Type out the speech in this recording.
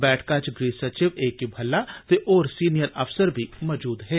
बैठका च गृह सचिव ए के भल्ला ते होर सीनियर अफसर बी मौजूद हे